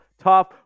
tough